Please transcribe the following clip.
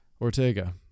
Ortega